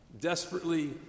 desperately